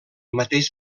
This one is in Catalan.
mateix